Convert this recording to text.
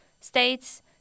states